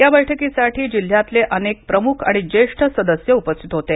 या बैठकीसाठी जिल्ह्यातले अनेक प्रमुख आणि जेष्ठ सदस्य उपस्थित होते